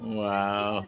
wow